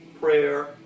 Prayer